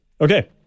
okay